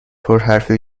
پرحرفی